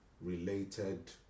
related